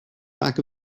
back